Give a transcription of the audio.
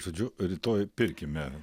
žodžiu rytoj pirkime